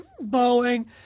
Boeing